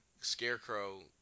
Scarecrow